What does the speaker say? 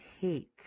hate